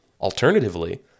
Alternatively